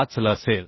85L असेल